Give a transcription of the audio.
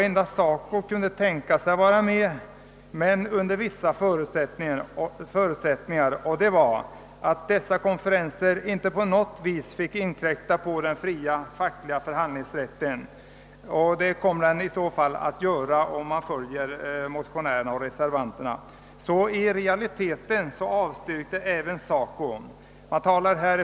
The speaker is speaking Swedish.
Endast SACO kunde tänka sig att vara med, dock under vissa förutsättningar, nämligen att dessa konferenser inte på något sätt fick inkräkta på den fria fackliga förhandlingsrätten. Det skulle emellertid bli fallet om man skulle följa motionärernas och reservanternas förslag. I realiteten avstyrkte alltså även SACO.